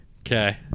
Okay